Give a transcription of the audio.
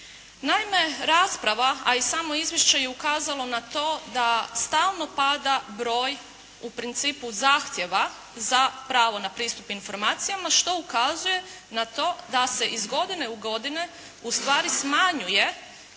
Naime, rasprava, a i samo izvješće je ukazalo na to da stalno pada broj u principu zahtjeva za pravo na pristup informacijama što ukazuje na to da se iz godine u godine ustvari smanjuje